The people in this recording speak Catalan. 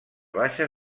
baixa